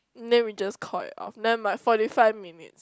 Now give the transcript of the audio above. then we just call it off never mind forty five minutes